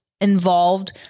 involved